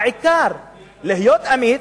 העיקר להיות אמיץ,